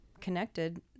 connected